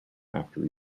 after